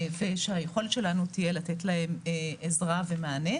ושהיכולת שלנו תהיה לתת להם עזרה ומענה.